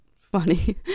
funny